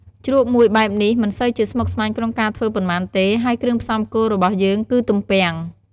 ជ្រក់មួយបែបនេះមិនសូវជាស្មុគស្មាញក្នុងការធ្វើប៉ុន្មានទេ ហើយគ្រឿងផ្សំគោលរបស់យើងគឺទំពាំង។